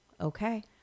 okay